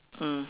mm